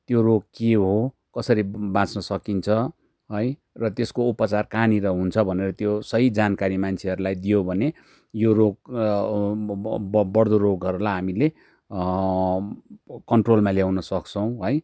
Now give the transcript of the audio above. त्यो रोग के हो कसरी बाँच्न सकिन्छ है र त्यसको उपचार कहाँनिर हुन्छ भनेर त्यो सही जानकारी मान्छेहरूलाई दियो भने यो रोग बड्दो रोगहरूलाई हामीले कन्ट्रोलमा ल्याउन सक्छौँ है